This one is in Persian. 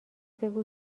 بگو